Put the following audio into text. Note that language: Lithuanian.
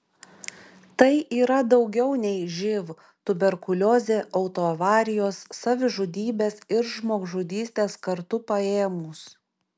tai yra daugiau nei živ tuberkuliozė autoavarijos savižudybės ir žmogžudystės kartu paėmus